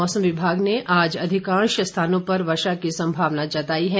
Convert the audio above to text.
मौसम विभाग ने आज अधिकांश स्थानों पर वर्षा की संभावना जताई है